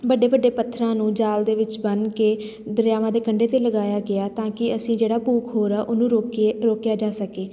ਵੱਡੇ ਵੱਡੇ ਪੱਥਰਾਂ ਨੂੰ ਜਾਲ ਦੇ ਵਿੱਚ ਬੰਨ੍ਹ ਕੇ ਦਰਿਆਵਾਂ ਦੇ ਕੰਢੇ 'ਤੇ ਲਗਾਇਆ ਗਿਆ ਤਾਂ ਕਿ ਅਸੀਂ ਜਿਹੜਾ ਭੂ ਖੋਰ ਆ ਉਹਨੂੰ ਰੋਕੀਏ ਰੋਕਿਆ ਜਾ ਸਕੇ